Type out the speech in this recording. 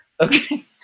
Okay